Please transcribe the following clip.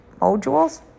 modules